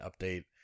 update